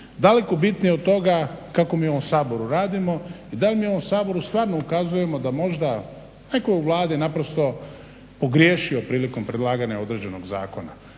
daleko bitnije od toga kako mi u ovom Saboru radimo i da li mi u Saboru stvarno ukazujemo da je možda netko u Vladi naprosto pogriješio prilikom predlaganja određenog zakona.